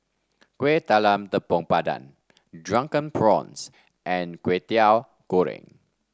Kueh Talam Tepong Pandan Drunken Prawns and Kwetiau Goreng